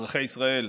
אזרחי ישראל,